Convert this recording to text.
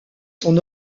son